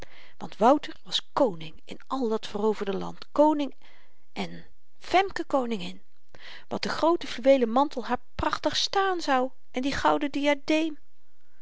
want wouter was koning in al dat veroverde land koning en femke koningin wat de groote fluweelen mantel haar prachtig staan zou en die gouden